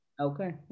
Okay